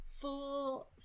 full